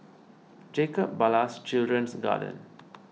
Jacob Ballas Children's Garden